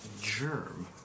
Germ